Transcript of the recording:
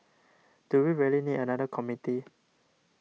do we really need another committee